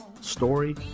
Story